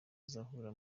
azahura